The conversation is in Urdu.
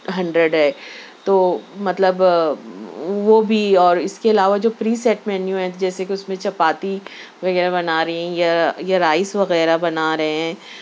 ہنڈریڈ ہے تو مطلب وہ بھی اور اِس کے علاوہ جو پِری سیٹ مینیو ہے جیسے کہ اُس میں چپاتی وغیرہ بنا رہی ہیں یا یا رائس وغیرہ بنا رہے ہیں